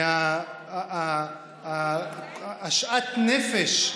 משאט הנפש.